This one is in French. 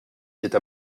cette